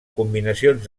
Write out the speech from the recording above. combinacions